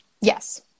Yes